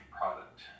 product